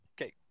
okay